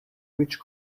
which